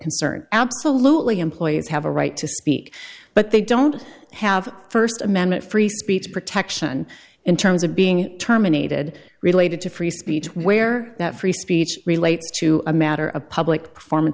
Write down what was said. concern absolutely employers have a right to speak but they don't have first amendment free speech protection in terms of being terminated related to free speech where that free speech relates to a matter of public perform